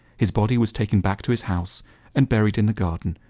his body was taken back to his house and buried in the garden,